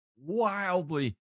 wildly